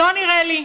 לא נראה לי.